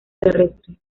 terrestre